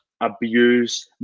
Abuse